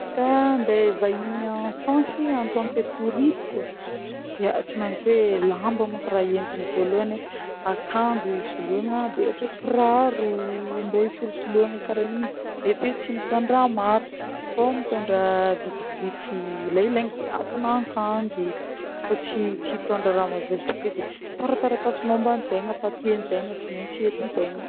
Izy koà andeha hivahiny en France en tant que touriste, ya tsy mentsy hoe lamba moko raha hoentigna voalohany, akanjo hisoloagna de ohatra kiraro mbô hisolosoloagna kara an'igny mety hoe tsy mitondra maro fa mitondra vitsivitsy le ilegna de atin'ankanjo fa tsy tsy hitondra raha mavesatra be de tarataratasy mômba antegna papier ntegna tsy mentsy hentintegna.